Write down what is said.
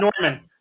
Norman